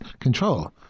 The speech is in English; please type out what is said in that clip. control